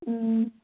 ꯎꯝ